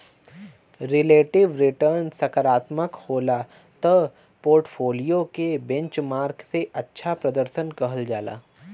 relative return सकारात्मक होला त पोर्टफोलियो के बेंचमार्क से अच्छा प्रर्दशन कहल जाला